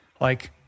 like-